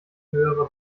höherer